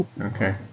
Okay